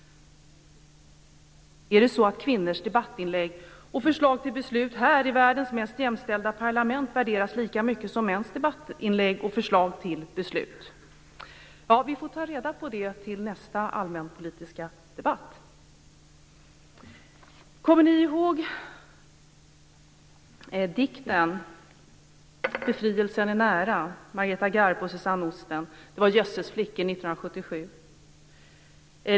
Är det så att kvinnors debattinlägg och förslag till beslut här, i världens mest jämställda parlament, värderas lika högt som mäns debattinlägg och förslag till beslut? Det får vi ta reda på till nästa allmänpolitiska debatt. Kommer ni ihåg dikten Befrielsen är nära av 1977?